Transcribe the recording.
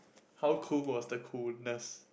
how cool was the coolness